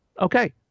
Okay